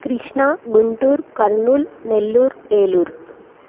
Krishna Guntur Kurnool Nellore Eluru